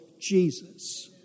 Jesus